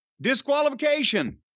Disqualification